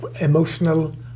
emotional